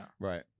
Right